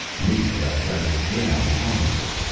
maybe i'd rather drown horribly.